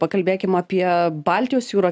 pakalbėkim apie baltijos jūrą